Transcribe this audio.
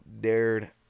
dared